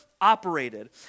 operated